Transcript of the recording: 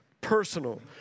personal